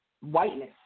whiteness